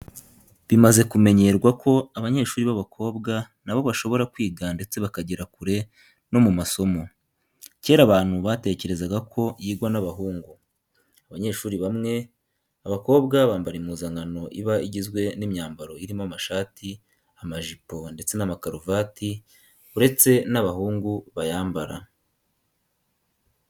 Bimaze kumenyerwa ko abanyeshuri b'abakobwa na bo bashobora kwiga ndetse bakagera kure no mu masomo, kera abantu batekerezaga ko yigwa n'abahungu. Abanyeshuri bamwe abakobwa bambara impuzankano iba igizwe n'imyambaro irimo amashati, amajipo ndetse n'amakaruvati uretse n'abahungu bayambara.